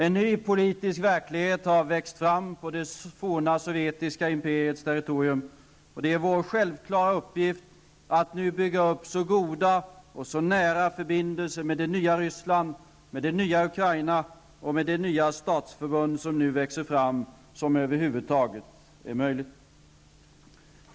En ny politisk verklighet har växt fram på det forna sovjetiska imperiets territorium, och det är vår självklara uppgift att nu bygga så goda och nära förbindelser med det nya Ryssland, med det nya Ukraina och med det nya statsförbund som nu växer fram, som över huvud taget är möjligt.